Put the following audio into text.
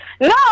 No